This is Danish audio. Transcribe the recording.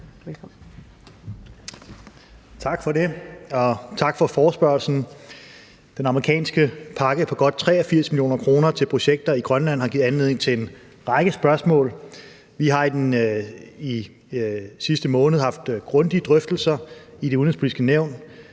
Tak for det. Og tak for forespørgslen. Den amerikanske pakke på godt 83 mio. kr. til projekter i Grønland har givet anledning til en række spørgsmål. Vi har i sidste måned haft grundige drøftelser i Det Udenrigspolitiske Nævn,